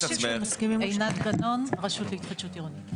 עינת גנון מהרשות להתחדשות עירונית.